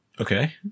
Okay